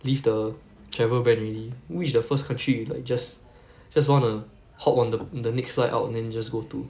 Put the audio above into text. lift the travel ban already which is the first country you like just just wanna hop on the the next flight out then just go to